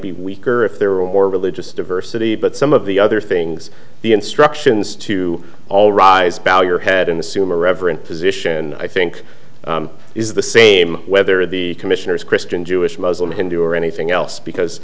be weaker if there were more religious diversity but some of the other things the instructions to all rise value or had in the summa reverent position i think is the same whether the commissioners christian jewish muslim hindu or anything else because